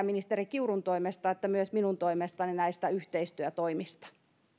ministeri kiurun toimesta että myös minun toimestani näistä yhteistyötoimista